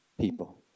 people